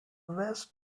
west